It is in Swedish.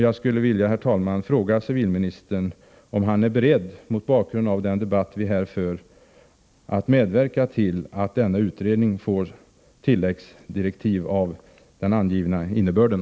Jag vill, herr talman, fråga civilministern om han, mot bakgrund av den debatt som vi här för, är beredd att medverka till att stat-kommunberedningen får tilläggsdirektiv av den angivna innebörden.